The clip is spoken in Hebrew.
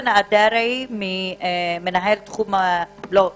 גל יעקובי, בבקשה.